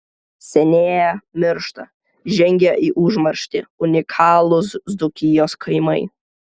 senėja miršta žengia į užmarštį unikalūs dzūkijos kaimai